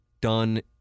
done